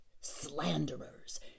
slanderers